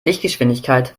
lichtgeschwindigkeit